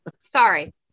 sorry